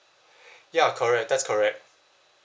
ya correct that's correct